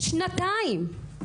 שנתיים,